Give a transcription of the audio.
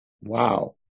wow